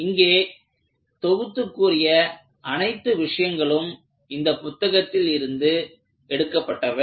நான் இங்கே தொகுத்து கூறிய அனைத்து விஷயங்களும் இந்தப் புத்தகங்களில் இருந்து எடுக்கப்பட்டவை